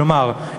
כלומר,